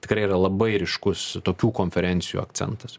tikrai yra labai ryškus tokių konferencijų akcentas